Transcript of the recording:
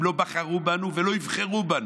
הם לא בחרו בנו ולא יבחרו בנו.